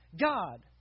God